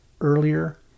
earlier